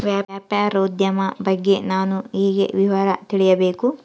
ವ್ಯಾಪಾರೋದ್ಯಮ ಬಗ್ಗೆ ನಾನು ಹೇಗೆ ವಿವರ ತಿಳಿಯಬೇಕು?